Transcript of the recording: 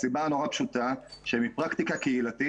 הסיבה המאוד פשוטה היא שמפרקטיקה קהילתית